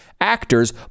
actors